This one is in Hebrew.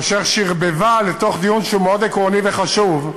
אשר שרבבה לתוך דיון שהוא מאוד עקרוני וחשוב,